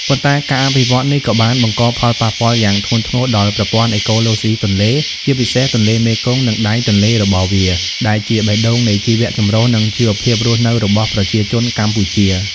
ប៉ុន្តែការអភិវឌ្ឍន៍នេះក៏បានបង្កផលប៉ះពាល់យ៉ាងធ្ងន់ធ្ងរដល់ប្រព័ន្ធអេកូឡូស៊ីទន្លេ ជាពិសេសទន្លេមេគង្គ និងដៃទន្លេរបស់វា ដែលជាបេះដូងនៃជីវៈចម្រុះ និងជីវភាពរស់នៅរបស់ប្រជាជនកម្ពុជា។